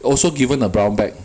also given a brown bag